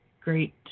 great